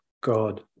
God